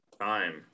Time